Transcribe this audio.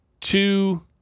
two